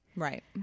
Right